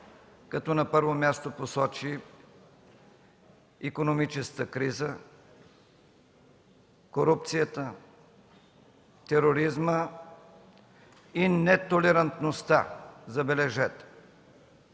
като на първо място посочи икономическата криза, корупцията, тероризма и нетолерантността, забележете.